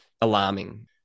alarming